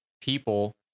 people